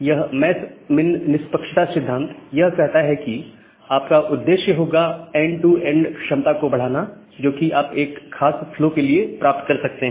यह max min निष्पक्षता सिद्धांत कहता है कि आपका उद्देश्य होगा एंड टू एंड क्षमता को बढ़ाना जोकि आप एक खास फ्लो के लिए प्राप्त कर सकते हैं